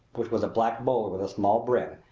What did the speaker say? which was a black bowler with a small brim,